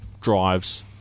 drives